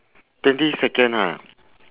twenty second ha